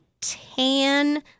tan